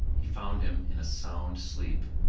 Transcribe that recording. he found him in a sound sleep.